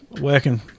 working